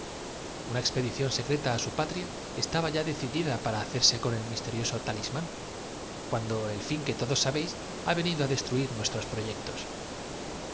expedi ción secreta á su patria estaba ya decidida para hacerse de hoja y en efecto si mis lectores recuerdan el incidente con el misterioso talismán cuando el fin que todos del ochavo moruno sabéis ha venido á destruir nuestros proyectos